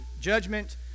judgment